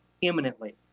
imminently